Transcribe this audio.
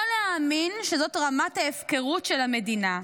לא להאמין שזאת רמת ההפקרות של המדינה.